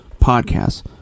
podcasts